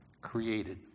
created